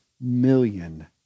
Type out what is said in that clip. million